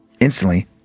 Instantly